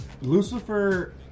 Lucifer